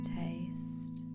taste